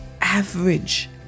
average